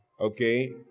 Okay